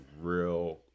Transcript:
real